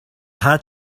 had